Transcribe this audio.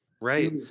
right